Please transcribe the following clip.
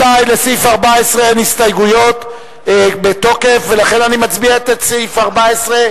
אפשר להוסיף את ההסתייגות של אלדד בהיעדרו?